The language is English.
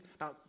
now